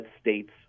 states